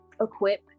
equip